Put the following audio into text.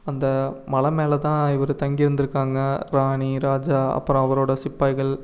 அந்த மலை மேலே தான் இவர் தங்கி இருந்திருக்காங்க ராணி ராஜா அப்புறம் அவரோட சிப்பாய்கள்